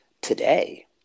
today